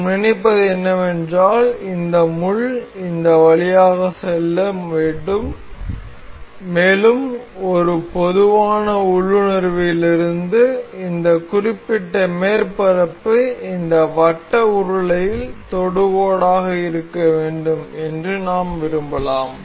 நாம் நினைப்பது என்னவென்றால் இந்த முள் இந்த வழியாக செல்ல வேண்டும் மேலும் ஒரு பொதுவான உள்ளுணர்விலிருந்து இந்த குறிப்பிட்ட மேற்பரப்பு இந்த வட்ட உருளையில் தொடுகோடாக இருக்க வேண்டும் என்று நாம் விரும்பலாம்